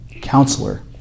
counselor